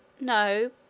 No